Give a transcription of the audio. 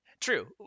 True